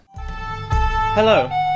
Hello